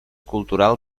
cultural